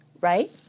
right